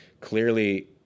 clearly